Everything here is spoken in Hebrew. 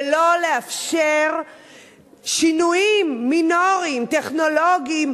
ולא לאפשר שינויים מינוריים, טכנולוגיים,